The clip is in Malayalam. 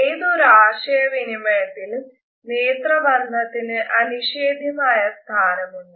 ഏതൊരു ആശയവിനിമയത്തിലും നേത്രബന്ധത്തിന് അനിഷേധ്യമായ സ്ഥാനം ഉണ്ട്